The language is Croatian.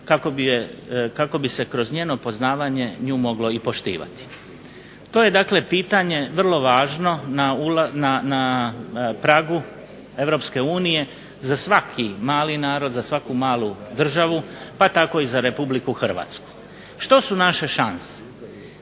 kako bi se kroz njeno poznavanje nju moglo poštivati. To je jedno pitanje vrlo važno na pragu Europske unije, za svaki mali narod, za svaku malu državu, pa tako i za Republiku Hrvatsku. Što su naše šanse?